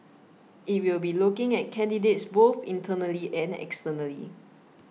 it will be looking at candidates both internally and externally